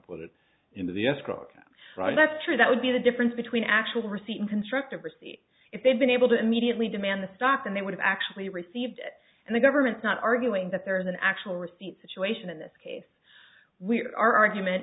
account right that's true that would be the difference between actual receipt and constructive receipt if they'd been able to immediately demand the stock then they would have actually received it and the government's not arguing that there is an actual receipt situation in this case we are argument